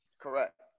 Correct